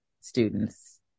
students